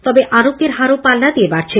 তবে আরোগ্যের হারও পাল্লা দিয়ে বাড়ছে